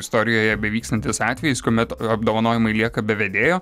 istorijoje bevykstantis atvejis kuomet apdovanojimai lieka be vedėjo